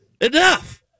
Enough